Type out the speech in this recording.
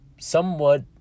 somewhat